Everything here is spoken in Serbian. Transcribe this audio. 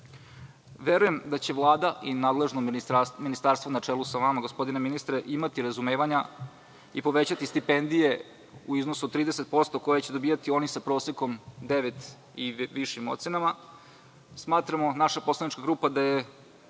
da će Vlada i nadležno ministarstvo na čelu sa vama gospodine ministre, imati razumevanja i povećati stipendije u iznosu od 30% koje će dobijati oni sa prosekom 9 i višim ocenama. Naša poslanička grupa smatra